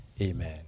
Amen